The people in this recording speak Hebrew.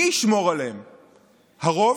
מי ישמור עליהן, הרוב?